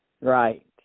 Right